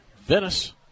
Venice